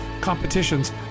competitions